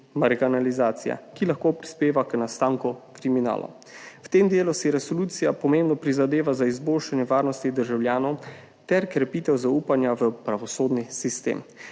marginalizacije, ki lahko prispeva k nastanku kriminala. V tem delu si resolucija pomembno prizadeva za izboljšanje varnosti državljanov ter krepitev zaupanja v pravosodni sistem.